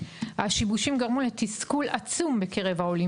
השיבושים גרמו לתסכול עצום בקרב העולים